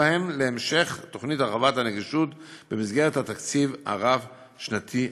ובהם המשך תוכנית הרחבת הנגישות במסגרת התקציב הרב-שנתי החדש.